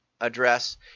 address